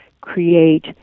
create